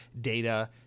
data